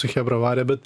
su chebra varė bet